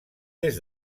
des